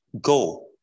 go